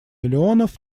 миллионов